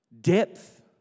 depth